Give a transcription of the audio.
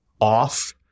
off